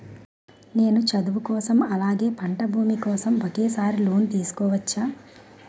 నేను చదువు కోసం అలాగే పంట భూమి కోసం ఒకేసారి లోన్ తీసుకోవచ్చా?